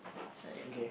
heard it